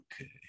Okay